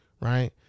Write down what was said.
Right